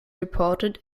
reported